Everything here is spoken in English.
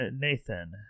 Nathan